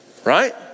Right